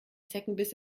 zeckenbiss